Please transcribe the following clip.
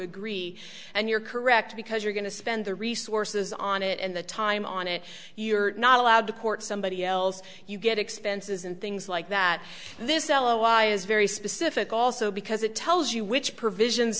agree and you're correct because you're going to spend the resources on it and the time on it you're not allowed to court somebody else you get expenses and things like that this l o y is very specific also because it tells you which provisions